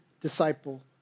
disciple